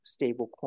stablecoin